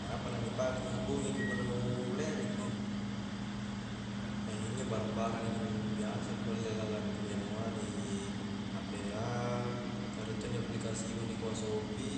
Apa la ni pake anghubungi ki punna nu lere ki injo barang-baranga injo nu biasa pole lalang ri anua ri hp a ka riek to injo aplikasi ku nikua shoope